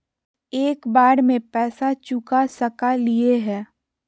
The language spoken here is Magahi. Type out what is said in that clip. एक बार में पैसा चुका सकालिए है?